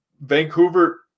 Vancouver